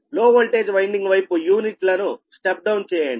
లో voltage winding వైపు యూనిట్లను స్టెప్ డౌన్ చేయండి